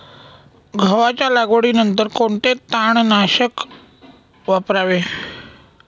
गव्हाच्या लागवडीनंतर कोणते तणनाशक वापरावे?